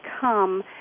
come